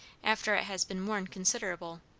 after it has been worn considerable,